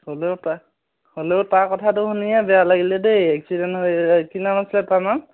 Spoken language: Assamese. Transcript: হ'লেও তাৰ হ'লেও তাৰ কথাটো শুনিহে বেয়া লাগিলে দেই এক্সিডেণ্ট হৈ কি নাম আছিলে তাৰ নাম